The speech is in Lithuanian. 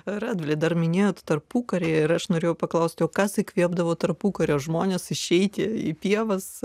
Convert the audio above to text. dar minėjote tarpukarį ir aš norėjau paklausti kas įkvėpdavo tarpukario žmones išeiti į pievas